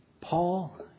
Paul